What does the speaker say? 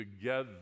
together